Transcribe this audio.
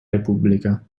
repubblica